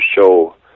show